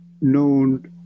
known